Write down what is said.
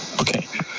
Okay